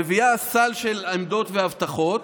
מביאה סל של עמדות והבטחות,